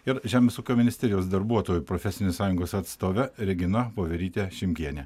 ir žemės ūkio ministerijos darbuotojų profesinės sąjungos atstove regina voverytė šimkienė